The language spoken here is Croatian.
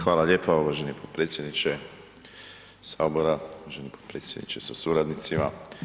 Hvala lijepa uvaženi potpredsjedniče Sabora, uvaženi potpredsjedniče sa suradnicima.